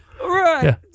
Right